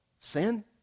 sin